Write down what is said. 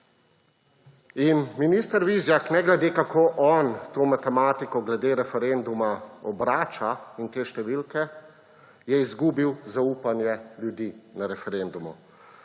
Minister Vizjak, ne glede, kako on to matematiko glede referenduma obrača in te številke, je izgubil zaupanje ljudi na referendumu.